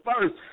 first